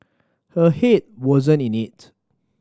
her head wasn't in it